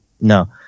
No